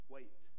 Wait